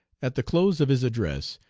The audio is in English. at the close of his address,